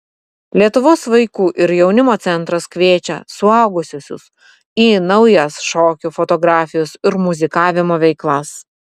lietuvos vaikų ir jaunimo centras kviečia suaugusiuosius į naujas šokių fotografijos ir muzikavimo veiklas